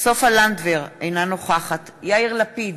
סופה לנדבר, אינה נוכחת יאיר לפיד,